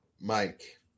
Mike